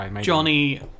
Johnny